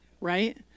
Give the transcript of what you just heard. right